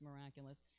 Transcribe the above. miraculous